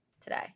today